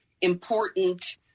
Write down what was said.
important